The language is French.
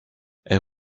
elle